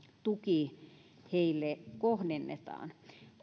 tuki heille kohdennetaan